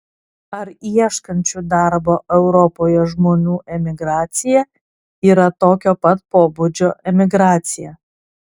ar ieškančių darbo europoje žmonių emigracija yra tokio pat pobūdžio emigracija